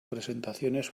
presentaciones